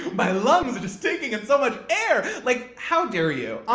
my lungs are just taking in so much air. like how dare you,